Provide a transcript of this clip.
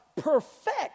perfect